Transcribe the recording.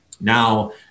now